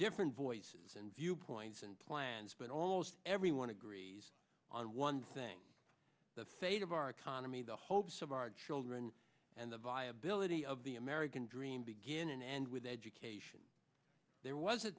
different voices and viewpoints and plans but almost everyone agrees on one thing the fate of our economy the hopes of our children and the viability of the american dream begin and end with education there was a